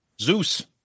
Zeus